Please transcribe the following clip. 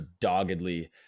doggedly